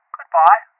Goodbye